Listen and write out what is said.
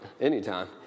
anytime